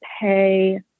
pay